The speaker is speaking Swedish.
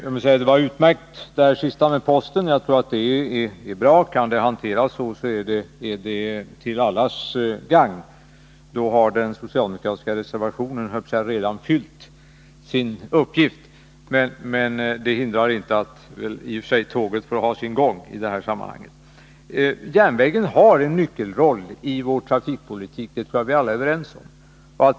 Herr talman! Det var utmärkt det där sista med posten. Kan frågan hanteras så är det till allas gagn. Då har den socialdemokratiska reservationen redan fyllt sin uppgift. Järnvägen har en nyckelroll i vår trafikpolitik; det tror jag vi alla är ense om.